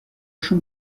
شون